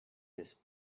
his